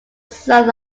south